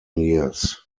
years